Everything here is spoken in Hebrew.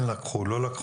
כן לקחו או לא לקחו.